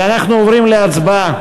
אנחנו עוברים להצבעה.